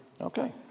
Okay